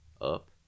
up